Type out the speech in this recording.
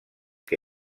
que